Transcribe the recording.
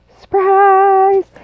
Surprise